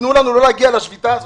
תנו לנו לא להגיע לשביתה הזאת.